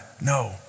No